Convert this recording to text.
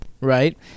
right